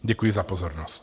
Děkuji za pozornost.